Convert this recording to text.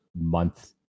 month